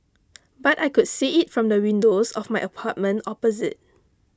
but I could see it from the windows of my apartment opposite